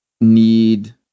need